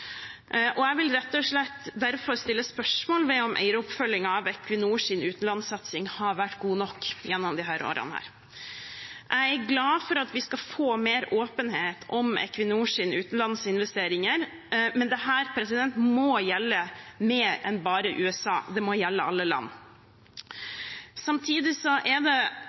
Jeg vil rett og slett bare få stille spørsmål ved om eieroppfølgingen av Equinors utenlandssatsing har vært god nok gjennom disse årene. Jeg er glad for at vi skal få mer åpenhet om Equinors utenlandsinvesteringer, men dette må gjelde mer enn bare USA, det må gjelde alle land. Samtidig er det